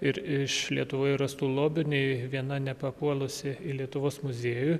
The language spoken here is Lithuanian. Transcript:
ir iš lietuvoje rastų lobių nei viena nepapuolusi į lietuvos muziejų